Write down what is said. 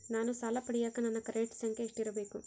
ನಾನು ಸಾಲ ಪಡಿಯಕ ನನ್ನ ಕ್ರೆಡಿಟ್ ಸಂಖ್ಯೆ ಎಷ್ಟಿರಬೇಕು?